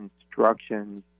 instructions